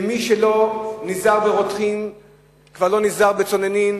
ומי שלא נזהר ברותחים כבר לא נזהר בצוננים.